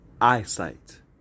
eyesight